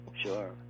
sure